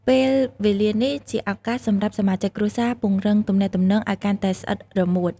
ពេលវេលានេះជាឱកាសសម្រាប់សមាជិកគ្រួសារ ពង្រឹងទំនាក់ទំនង ឱ្យកាន់តែស្អិតរមួត ។